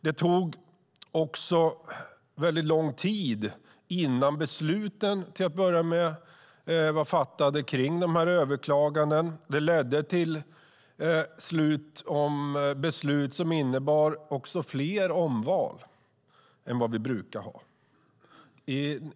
Det tog väldigt lång tid innan besluten, till att börja med, var fattade om dessa överklaganden. Det ledde till slut till beslut som innebar fler omval än vad vi brukar ha.